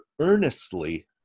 earnestly